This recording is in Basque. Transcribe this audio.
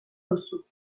duzu